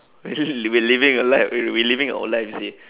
we living a life we we living our life see